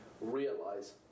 realize